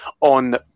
on